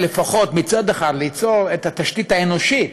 מצד אחד כדי ליצור את התשתית האנושית